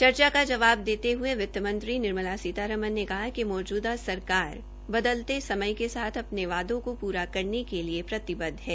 चर्चा के जवाब देते हये वित्तमंत्री निर्मला सीतारमन ने कहा कि मौजूदा सरकार बदलते समय के साथ अपने वादों को प्रा करने के लिए उतरदायी और प्रतिबदव है